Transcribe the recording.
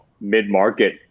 mid-market